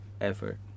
effort